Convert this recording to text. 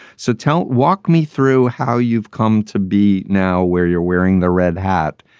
so tell. walk me through how you've come to be now, where you're wearing the red hat,